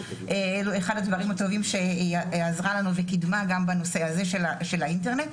אחד הדברים שהיא עזרה וקידמה זה גם בנושא הזה של האינטרנט.